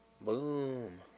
Boom